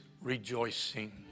rejoicing